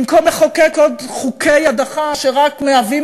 במקום לחוקק עוד חוקי הדחה שרק מהווים